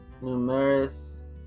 Numerous